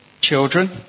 children